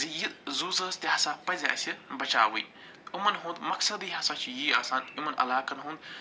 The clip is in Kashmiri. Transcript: زِ یہِ زوٗ زٲژ تہِ ہَسا پَزِ اَسہِ بچٲوٕنۍ یِمَن ہُنٛد مقصدٕے ہَسا چھُ یی آسان یِمن علاقن ہُنٛد